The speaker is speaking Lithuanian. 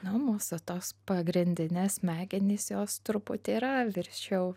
nu mūsų tos pagrindinės smegenys jos truputį yra viršiau